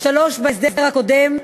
שלוש בהסדר הקודם,